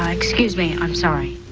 um excuse me. i'm sorry.